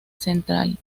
central